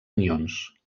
anions